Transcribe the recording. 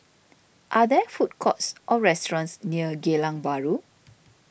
are there food courts or restaurants near Geylang Bahru